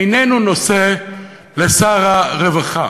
איננו נושא לשר הרווחה,